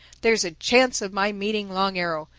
there's a chance of my meeting long arrow,